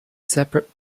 separate